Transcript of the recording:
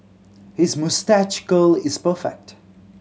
his moustache curl is perfect